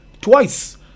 twice